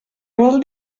vol